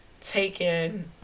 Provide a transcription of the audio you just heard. taken